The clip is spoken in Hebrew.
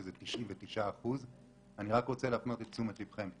שזה 99%. אני רק רוצה להפנות את תשומת לבכם,